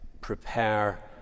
Prepare